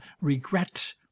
regret